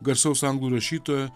garsaus anglų rašytojo